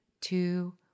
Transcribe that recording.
two